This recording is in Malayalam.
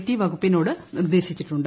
ടി വകുപ്പിനോട് നിർദ്ദേശിച്ചിട്ടുണ്ട്